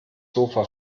sofa